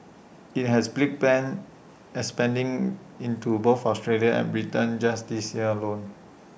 IT has big plans expanding into both Australia and Britain just this year alone